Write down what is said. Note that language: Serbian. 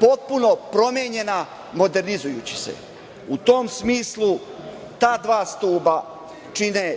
potpuno promenjena modernizujući se. U tom smislu ta dva stuba čine